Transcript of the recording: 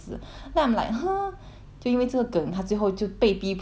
就因为这个梗他最后就被逼迫做了很多 phrasing 你知道吗